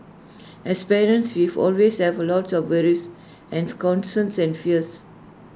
as parents we always have A lots of worries and concerns and fears